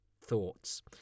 thoughts